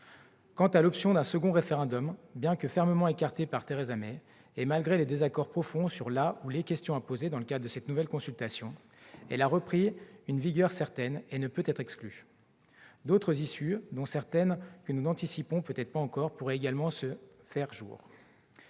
Quant à l'option de la tenue d'un second référendum, bien que fermement écartée par Theresa May, et malgré les désaccords profonds sur la ou les questions à poser dans le cadre de cette nouvelle consultation, elle a repris une vigueur certaine et ne peut plus être exclue. D'autres issues, que nous n'anticipons peut-être pas encore, pourraient également se faire jour.